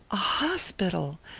a hospital?